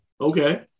Okay